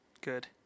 Good